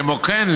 כמו כן,